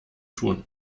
tun